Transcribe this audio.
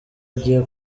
agiye